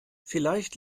vielleicht